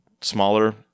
smaller